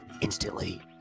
instantly